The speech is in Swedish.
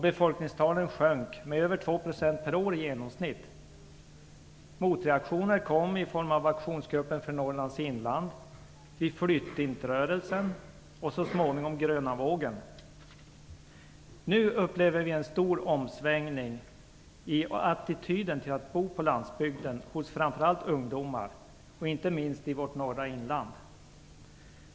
Befolkningstalen sjönk med över 2 % per år i genomsnitt. Motreaktioner kom i form av aktionsgruppen för Norrlands inland, vi-flytt-intrörelsen och så småningom gröna vågen. Nu upplever vi en stor omsvängning i attityden till att bo på landsbygden hos framför allt ungdomar. Det gäller inte minst i vårt norra inland.